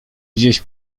gdzieś